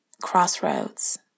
crossroads